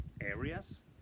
areas